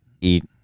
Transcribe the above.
eat